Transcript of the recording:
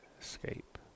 Escape